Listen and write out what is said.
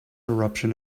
eruption